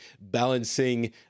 balancing